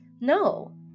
No